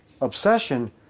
obsession